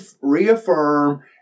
reaffirm